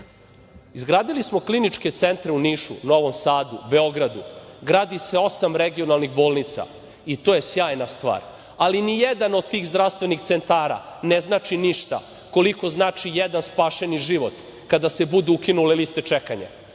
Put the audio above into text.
problem. Izgradili smo kliničke centre u Nišu, Novom Sadu, Beogradu. Gradi se osam regionalnih bolnica i to je sjajna stvar, ali nijedan od tih zdravstvenih centara ne znači ništa koliko znači jedan spašeni život kada se budu ukinule liste čekanja,